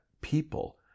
people